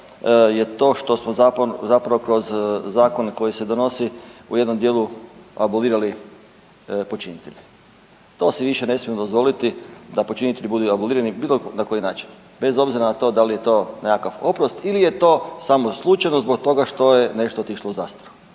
je to što smo zapravo kroz zakon koji se donosi u jednom dijelu abolirali počinitelje. To se više ne smijemo dozvoliti da počinitelji budu abolirani na bilo koji način bez obzira na to da li je to nekakav oprost ili je to samo slučajno zbog toga što je nešto otišlo u zastaru.